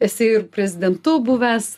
esi ir prezidentu buvęs